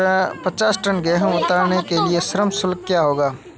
पचास टन गेहूँ उतारने के लिए श्रम शुल्क क्या होगा?